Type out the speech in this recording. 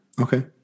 Okay